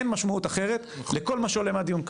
אין משמעות אחרת לכל מה שעולה מהדיון כאן,